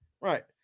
right